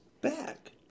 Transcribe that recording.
Back